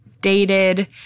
dated